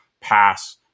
pass